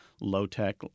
Low-tech